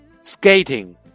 Skating